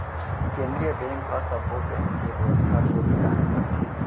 केंद्रीय बेंक ह सब्बो बेंक के बेवस्था के निगरानी करथे